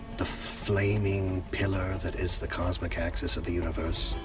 the flaming pillar that is the cosmic axis of the universe.